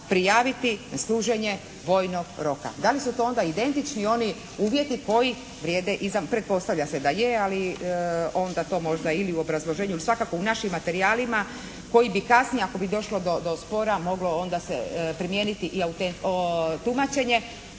prijaviti na služenje vojnog roka. Da li su to onda identični oni uvjeti koji vrijede i za, pretpostavlja se da je ali onda to možda ili u obrazloženju ili svakako u našim materijalima koji bi kasnije ako bi došlo do spora moglo onda se primijeniti tumačenje,